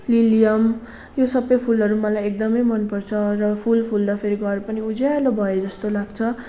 lilium यो सबै फुलहरू मलाई एकदमै मन पर्छ र फुल फुल्दाखेरि घर पनि उज्यालो भए जस्तो लाग्छ